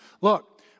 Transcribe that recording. Look